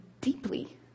deeply